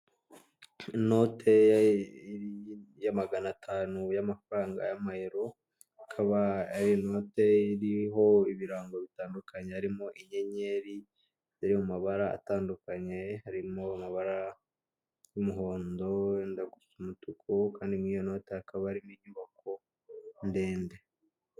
Inote ya magana atanu y'amafaranga y'amayero, akaba iyo note iriho ibirango bitandukanye harimo inyenyeri ziri mu mabara atandukanye, harimo amabara y'umuhondo, ayenda gusa umutuku, kandi muri iyo note hakaba hariho inyubako ndende.